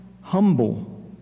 Humble